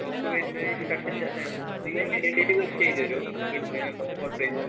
shop വരുന്ന ചട്ടഞ്ചാലാന്ന് നിങ്ങളെന്നെ ഡെലിവർ ചെയ്തേരോ ഈടുന്ന് ഓർഡറ് ചെയ്താൽ